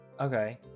Okay